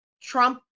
Trump